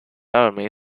army